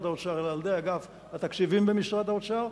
האוצר אלא על-ידי אגף התקציבים במשרד האוצר,